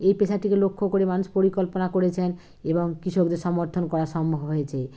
এই পেশাটিকে লক্ষ্য করে মানুষ পরিকল্পনা করেছেন এবং কৃষকদের সমর্থন করা সম্ভব হয়েছে